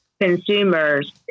consumers